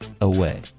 Away